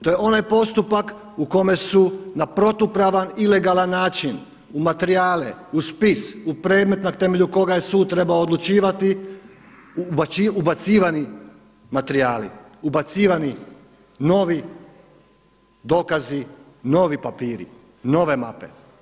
To je onaj postupak u kome su na protupravan, ilegalan način u materijale, u spis, u predmet na temelju koga je sud trebao odlučivati, ubacivani materijali, ubacivani novi dokazi, novi papiri, nove mape.